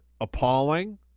appalling